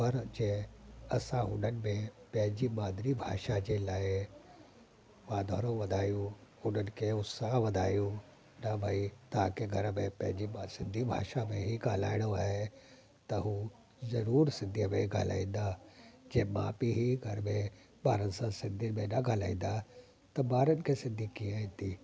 पर जे असां उन्हनि में पइजी मादिरी भाषा जे लाइ वाधारो वधायूं उन्हनि खे उत्साह वधायूं त भई तव्हां खे घर में पइजी भाउ सिंधी भाषा में ई ॻाल्हाइणो आहे त हू ज़रूरु सिंधीअ में ॻाल्हाईंदा जे माउ पीउ हीउ घर में ॿारनि सां सिंधी में न ॻाल्हाईंदा त ॿारनि खे सिंधी कीअं ईंदी